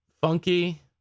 funky